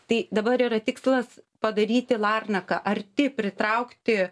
tai dabar yra tikslas padaryti larnaką arti pritraukti